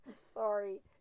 Sorry